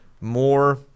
more